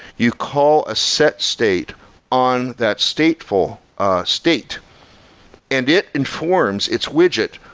you call a set state on that stateful state and it informs its widget,